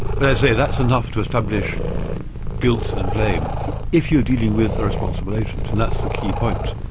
but i say, that's enough to establish guilt and blame if you're dealing with a responsible agent, and that's the key point.